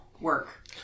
work